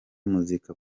muzika